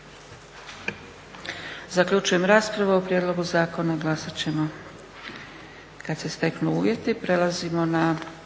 Zaključujem raspravu. O prijedlogu zakona glasat ćemo kada se steknu uvjeti. **Stazić, Nenad